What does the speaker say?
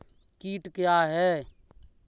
कीट क्या है?